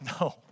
No